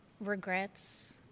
regrets